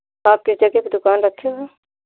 आपके पे दूकान रखे हैं